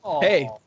Hey